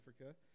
Africa